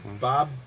Bob